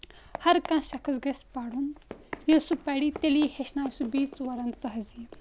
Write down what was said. ہَر کانٛہہ شخص گژھِ پَرُن ییٚلہِ سُہ پَری تیلے ہٮ۪چھنایہِ سُہ بیٚیہِ ژورَن تہزیٖب